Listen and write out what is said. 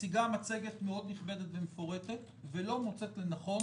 מציגה מצגת מאוד נכבדת ומפורטת ולא מוצאת לנכון